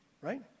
right